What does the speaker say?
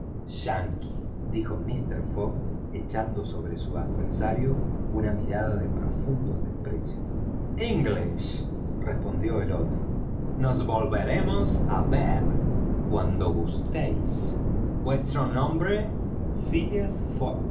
yankee dijo mister fogg echando sobre su adversario una mirada de profundo desprecio english respondió el otro cuando gustéis vuestro nombre phileas